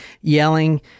yelling